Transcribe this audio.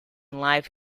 live